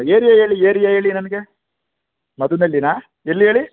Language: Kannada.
ಏರಿಯಾ ಹೇಳಿ ಏರಿಯಾ ಹೇಳಿ ನನಗೆ ಮಧುನಳ್ಳಿನಾ ಎಲ್ಲಿ ಹೇಳಿ